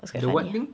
the what thing